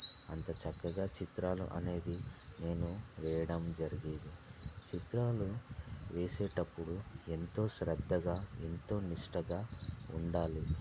అంత చక్కగా చిత్రాలు అనేది నేను వేయడం జరిగేది చిత్రాలు వేసేటప్పుడు ఎంతో శ్రద్ధగా ఎంతో నిష్టగా ఉండాలి